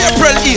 April